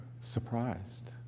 surprised